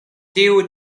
tiu